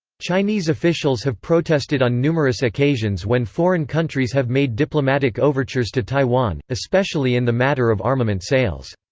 chinese officials have protested on numerous occasions when foreign countries have made diplomatic overtures to taiwan, especially in the matter of armament sales.